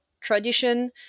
tradition